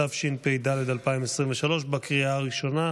התשפ"ד 2023, לקריאה הראשונה.